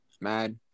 mad